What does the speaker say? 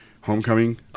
Homecoming